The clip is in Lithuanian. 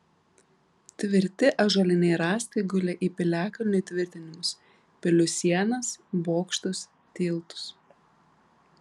tvirti ąžuoliniai rąstai gulė į piliakalnių įtvirtinimus pilių sienas bokštus tiltus